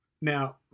Now